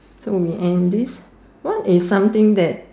so we end this what is something that